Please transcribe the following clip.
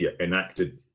enacted